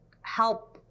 help